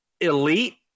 elite